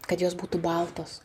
kad jos būtų baltos